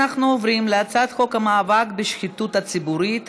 אנחנו עוברים להצעת חוק המאבק בשחיתות הציבורית,